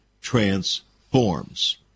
transforms